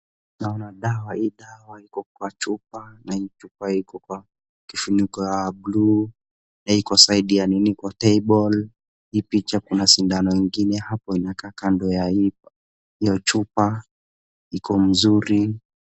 Naona dawa. Hii dawa iko kwa chupa na hii chupa iko kwa kifuniko ya blue naiko side ya nini kwa table . Picha kuna sindano ingine hapo inakaa kando ya hiyo chupa, iko mzuri.